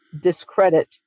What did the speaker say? discredit